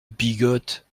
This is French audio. bigote